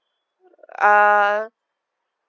uh